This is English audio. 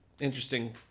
interesting